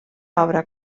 obra